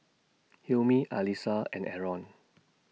Hilmi Alyssa and Aaron